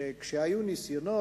שכשהיו ניסיונות,